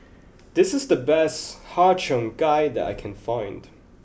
this is the best Har Cheong Gai that I can find